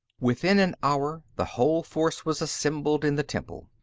within an hour, the whole force was assembled in the temple.